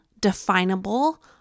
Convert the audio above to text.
definable